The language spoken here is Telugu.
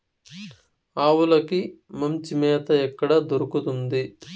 ఆవులకి మంచి మేత ఎక్కడ దొరుకుతుంది?